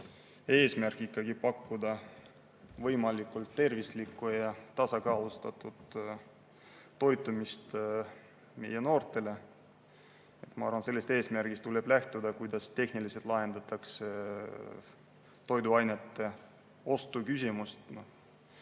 eesmärk on ikkagi pakkuda võimalikult tervislikku ja tasakaalustatud toitu meie noortele. Ma arvan, et sellest eesmärgist tuleb lähtuda [mõeldes], kuidas tehniliselt lahendatakse toiduainete ostu küsimus.